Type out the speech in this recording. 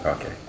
Okay